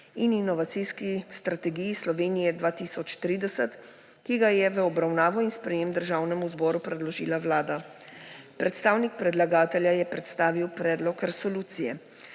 in inovacijski strategiji Slovenije 2030, ki ga je v obravnavo in sprejetje Državnemu zboru predložila Vlada. Predstavnik predlagatelja je predstavil predlog resolucije.